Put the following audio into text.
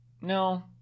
No